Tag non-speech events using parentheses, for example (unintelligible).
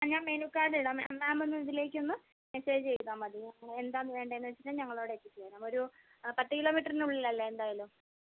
ആ ഞാൻ menu card ഇടാം മേം മേം ഒന്ന് ഇതിലേക്ക് ഒന്ന് മെസേജ് ചെയ്താൽ മതി (unintelligible) എന്താണ് വേണ്ടതെന്ന് വെച്ച് കഴിഞ്ഞാൽ ഞങ്ങളവിടെ എത്തിച്ച് തരാം ഒരു പത്ത് കിലോ മീറ്ററിന് ഉള്ളിലല്ലേ എന്തായാലും